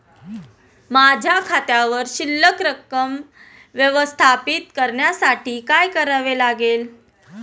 माझ्या खात्यावर शिल्लक रक्कम व्यवस्थापित करण्यासाठी काय करावे लागेल?